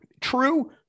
True